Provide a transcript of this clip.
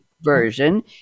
version